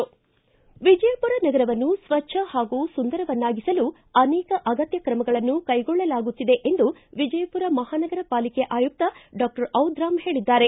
ವಿಜಯಪುರ ನಗರವನ್ನು ಸ್ವಚ್ಛ ಹಾಗೂ ಸುಂದರವನ್ನಾಗಿಸಲು ಅನೇಕ ಅಗತ್ಯ ಕ್ರಮಗಳನ್ನು ಕೈಗೊಳ್ಳಲಾಗುತ್ತಿದೆ ಎಂದು ವಿಜಯಪುರ ಮಹಾನಗರ ಪಾಲಿಕೆಯ ಆಯುಕ್ತ ಡಾಕ್ಷರ್ ಓದ್ರಾಮ್ ಹೇಳಿದ್ದಾರೆ